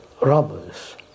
robbers